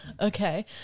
okay